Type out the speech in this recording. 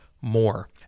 more